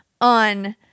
on